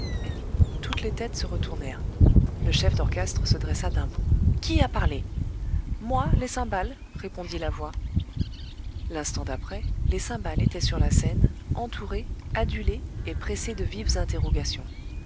toutes les têtes se retournèrent le chef d'orchestre se dressa d'un bond qui a parlé moi les cymbales répondit la voix l'instant d'après les cymbales étaient sur la scène entourées adulées et pressées de vives interrogations